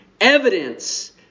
evidence